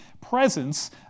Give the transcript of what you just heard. presence